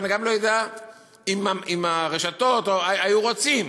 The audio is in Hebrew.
ואני גם לא יודע אם הרשתות היו רוצות.